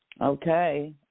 Okay